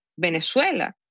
Venezuela